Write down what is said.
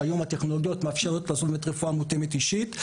היום הטכנולוגיות מאפשרות לעשות רפואה מותאמת אישית.